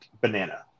banana